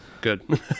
good